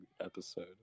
episode